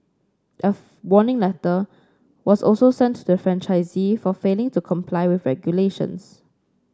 a warning letter was also sent to the franchisee for failing to comply with regulations